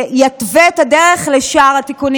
שיתווה את הדרך לשאר התיקונים.